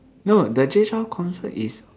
no the Jay Chou concert is